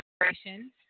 operations